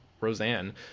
Roseanne